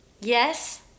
yes